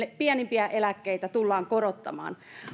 pienimpiä eläkkeitä tullaan korottamaan